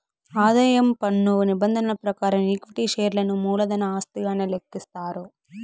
ఆదాయం పన్ను నిబంధనల ప్రకారం ఈక్విటీ షేర్లను మూలధన ఆస్తిగానే లెక్కిస్తారు